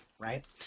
right